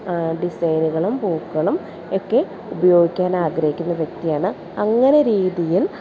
ഡിസൈനുകളും പൂക്കളും ഒക്കെ ഉപയോഗിക്കാൻ ആഗ്രഹിക്കുന്ന വ്യക്തിയാണ് അങ്ങനെ രീതിയിൽ